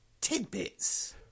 tidbits